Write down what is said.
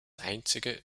einzige